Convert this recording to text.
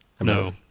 No